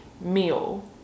meal